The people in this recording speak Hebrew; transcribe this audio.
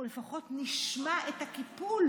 אנחנו לפחות נשמע את הקיפול.